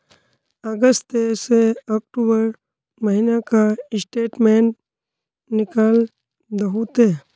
अगस्त से अक्टूबर महीना का स्टेटमेंट निकाल दहु ते?